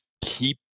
keep